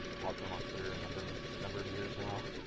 talked to him on twitter a number number of years now.